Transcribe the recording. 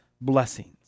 blessings